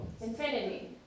Infinity